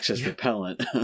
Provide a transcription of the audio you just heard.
repellent